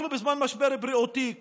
אנחנו בזמן משבר בריאותי,